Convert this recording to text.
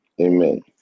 Amen